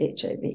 HIV